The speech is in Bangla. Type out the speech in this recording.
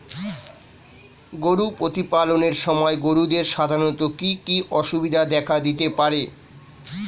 গরু প্রতিপালনের সময় গরুদের সাধারণত কি কি অসুবিধা দেখা দিতে পারে?